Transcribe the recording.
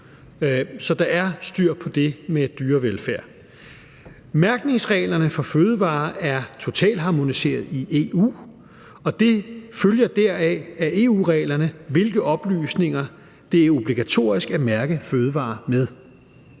Så der er styr på det med dyrevelfærd. Mærkningsreglerne for fødevarer er totalharmoniseret i EU, og det følger af EU-reglerne, hvilke oplysninger det er obligatorisk at mærke fødevarer med.